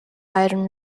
iron